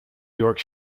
york